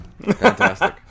Fantastic